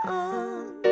on